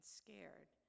scared